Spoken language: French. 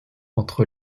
entre